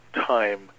time